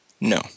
No